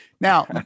Now